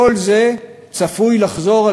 כל זה צפוי לחזור.